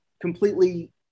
completely